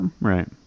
Right